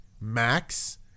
Max